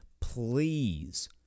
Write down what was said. please